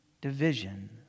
division